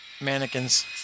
mannequins